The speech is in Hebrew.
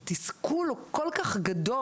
התסכול הוא כל כך גדול,